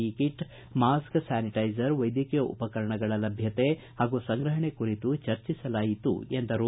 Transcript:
E kit mask sanitiser ವೈದ್ಯಕೀಯ ಉಪಕರಣಗಳ ಲಭ್ಯತೆ ಹಾಗೂ ಸಂಗ್ರಹಣೆ ಕುರಿತು ಚರ್ಚಿಸಲಾಯಿತು ಎಂದರು